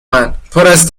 من، پراز